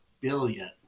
billion